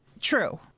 True